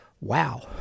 Wow